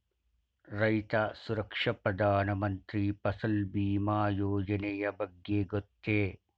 ರೈತ ಸುರಕ್ಷಾ ಪ್ರಧಾನ ಮಂತ್ರಿ ಫಸಲ್ ಭೀಮ ಯೋಜನೆಯ ಬಗ್ಗೆ ಗೊತ್ತೇ?